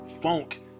funk